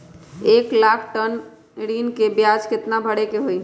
एक लाख ऋन के ब्याज केतना भरे के होई?